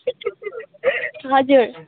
हजुर